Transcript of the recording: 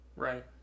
right